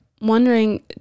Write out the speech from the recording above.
wondering